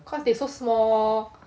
cause they so small